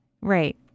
Right